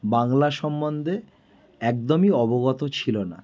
বাংলা সম্বন্দে একদমই অবগত ছিল না